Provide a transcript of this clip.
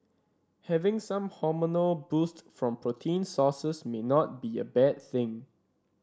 having some hormonal boost from protein sources may not be a bad thing